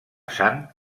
sant